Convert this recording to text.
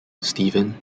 steven